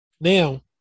Now